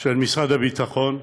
של משרד הביטחון,